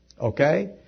okay